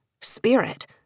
spirit